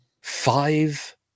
Five